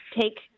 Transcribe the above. take